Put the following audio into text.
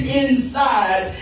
inside